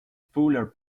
fuller